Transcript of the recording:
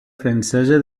francesa